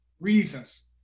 reasons